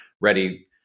ready